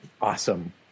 Awesome